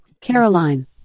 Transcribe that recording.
Caroline